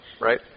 right